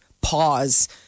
pause